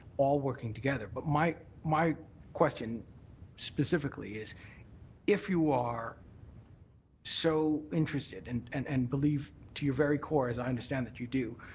all working together, but my my question specifically is if you are so interested and and and believe to your very core, as i understand that you do,